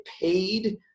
paid